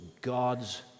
God's